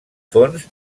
fons